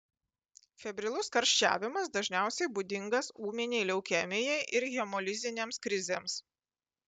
febrilus karščiavimas dažniausiai būdingas ūminei leukemijai ir hemolizinėms krizėms